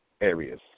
areas